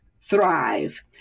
thrive